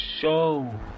show